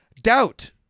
doubt